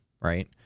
right